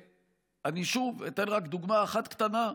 ואני שוב אתן רק דוגמה אחת קטנה: